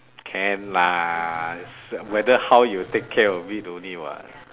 can lah it's whether how you take care of it only [what]